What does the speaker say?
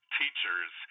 teachers